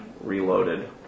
reloaded